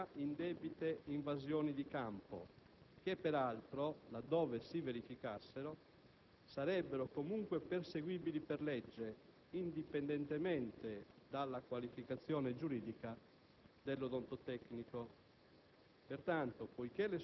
senza, tuttavia, indebite invasioni di campo che, peraltro, laddove si verificassero, sarebbero comunque perseguibili per legge, indipendentemente dalla qualificazione giuridica dell'odontotecnico.